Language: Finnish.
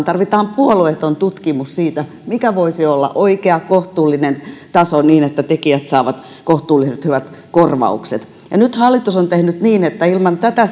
tarvitaan puolueeton tutkimus siitä mikä voisi olla oikea kohtuullinen taso niin että tekijät saavat kohtuulliset hyvät korvaukset nyt hallitus on tehnyt tämän ilman tätä